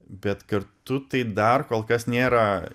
bet kartu tai dar kol kas nėra